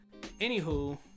Anywho